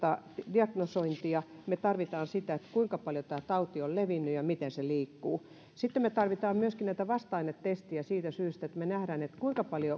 diagnosointia me tarvitsemme sitä kuinka paljon tämä tauti on levinnyt ja miten se liikkuu sitten me tarvitsemme myöskin näitä vasta ainetestejä siitä syystä että me näemme